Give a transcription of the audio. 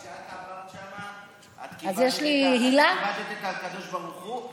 כשאת עברת שם את כיבדת את הקדוש ברוך הוא.